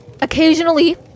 occasionally